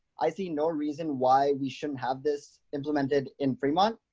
i see no reason why we shouldn't have this implemented in fremont,